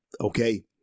okay